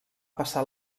passar